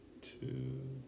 two